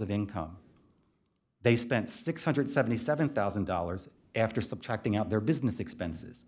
of income they spent six hundred and seventy seven thousand dollars after subtracting out their business expenses